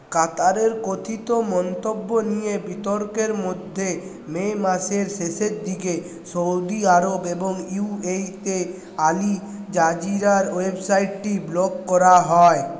কাতারের কথিত মন্তব্য নিয়ে বিতর্কের মধ্যে মে মাসের শেষের দিকে সৌদি আরব এবং ইউ এ ই তে আল জাজিরার ওয়েবসাইটটি ব্লক করা হয়